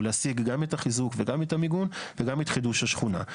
הוא להשיג גם את החיזוק וגם את המיגון וגם את החידוש השכונה.